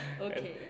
Okay